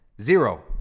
zero